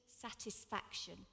satisfaction